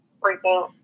freaking